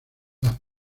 las